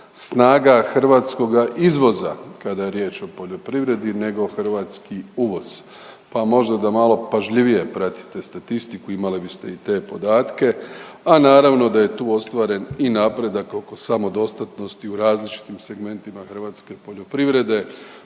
snaga hrvatskoga izvoza kada je riječ o poljoprivredi nego hrvatski uvoz pa možda da malo pažljivije pratite statistiku, imali biste i te podatke, a naravno da je tu ostvaren i napredak oko samodostatnosti u različitim segmentima hrvatske poljoprivrede.